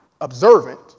observant